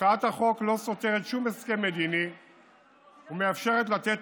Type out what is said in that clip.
הצעת החוק לא סותרת שום הסכם מדיני ומאפשרת לתת